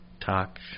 talk